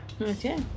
Okay